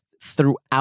throughout